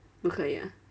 不可以 ah